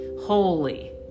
holy